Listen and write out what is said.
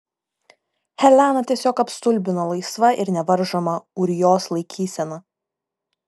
heleną tiesiog apstulbino laisva ir nevaržoma ūrijos laikysena